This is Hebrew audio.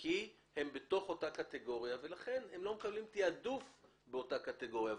כי הם בתוך אותה קטגוריה ולכן הם לא מקבלים תיעדוף בתוך אותה קטגוריה,